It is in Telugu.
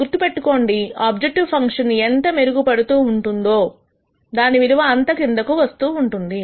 గుర్తుపెట్టుకోండి ఆబ్జెక్టివ్ ఫంక్షన్ ఎంత మెరుగు పడుతూ ఉంటుంది దాని విలువ అంత కిందకూ వస్తూ ఉంటుంది